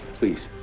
please,